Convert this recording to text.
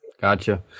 Gotcha